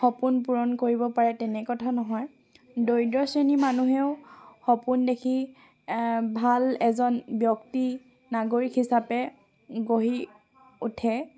সপোন পূৰণ কৰিব পাৰে তেনে কথা নহয় দৰিদ্ৰ শ্ৰেণীৰ মানুহেও সপোন দেখি ভাল এজন ব্যক্তি নাগৰিক হিচাপে গঢ়ি উঠে